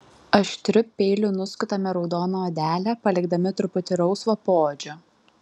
aštriu peiliu nuskutame raudoną odelę palikdami truputį rausvo poodžio